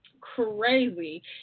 crazy